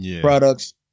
products